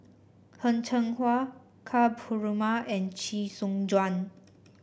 Heng Cheng Hwa Ka Perumal and Chee Soon Juan